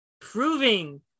proving